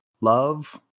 love